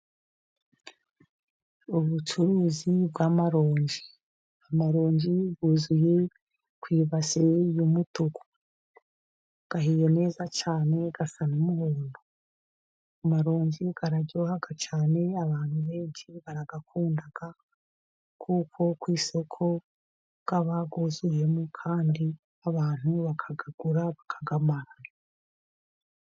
Ubucuruzi bw'amaronji, amaronji yuzuye ku ibase y'umutuku, ahiye neza cyane, asa n'umuhondo, amaronji araryoha cyane, abantu benshi barayakunda, kuko ku isoko aba yuzuyemo, kandi abantu bakayagura bakayamara.